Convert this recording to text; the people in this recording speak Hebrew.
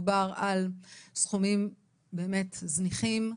מדובר על סכומים באמת זניחים.